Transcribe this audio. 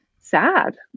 sad